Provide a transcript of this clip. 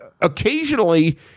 Occasionally